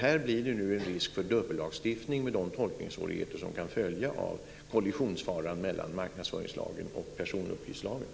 Här blir det en risk för dubbellagstiftning med de tolkningssvårigheter som kan följa av kollisionsfaran mellan marknadsföringslagen och personuppgiftslagen.